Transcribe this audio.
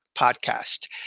podcast